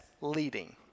leading